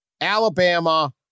Alabama